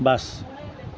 bus